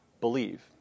believe